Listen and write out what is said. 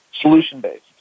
solution-based